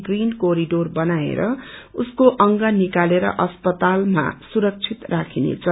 green corridor बनाएर उसको अंग निकालेर अस्पतालमा सुरक्षित राखिनेछ